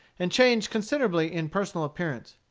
and changed considerably in personal appearance.